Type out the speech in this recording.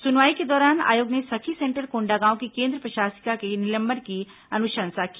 सुनवाई के दौरान आयोग ने सखी सेंटर कोंडागांव की केन्द्र प्रशासिका के निलंबन की अनुशंसा की